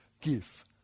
give